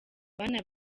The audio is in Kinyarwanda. bana